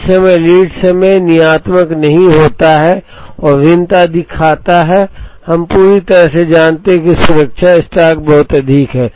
जिस समय लीड समय नियतात्मक नहीं होता है और भिन्नता दिखाता है हम पूरी तरह से जानते हैं कि सुरक्षा स्टॉक बहुत अधिक है